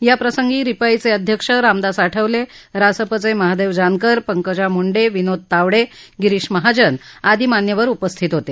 या प्रसंगी रिपाईचे अध्यक्ष रामदास आठवले रासपचे महादेव जानकर पंकजा मुंडे विनोद तावडे गिरिश महाजन आदी मान्यवर उपस्थित होते